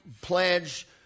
pledge